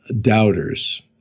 doubters